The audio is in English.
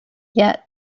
yet